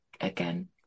again